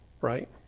right